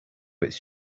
its